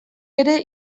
ere